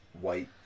white